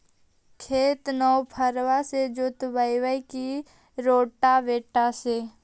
खेत नौफरबा से जोतइबै की रोटावेटर से?